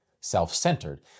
self-centered